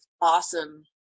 awesome